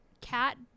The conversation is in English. cat